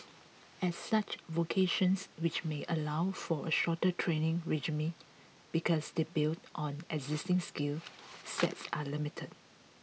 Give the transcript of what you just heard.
as such vocations which may allow for a shorter training regime because they build on existing skill sets are limited